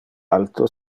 alto